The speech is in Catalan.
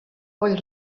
poll